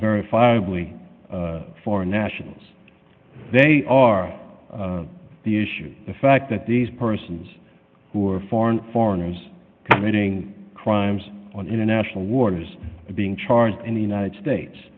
verifiably foreign nationals they are the issue the fact that these persons who are foreign foreigners committing crimes on international waters are being charged in the united states